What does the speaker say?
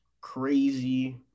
crazy